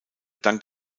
dank